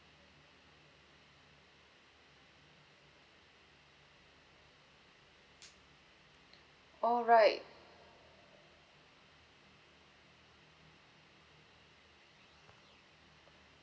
oh right